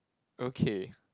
okay